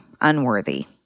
unworthy